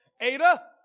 Ada